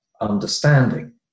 understanding